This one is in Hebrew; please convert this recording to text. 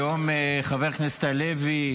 היום חבר הכנסת הלוי,